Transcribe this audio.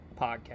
podcast